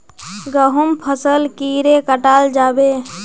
गहुम फसल कीड़े कटाल जाबे?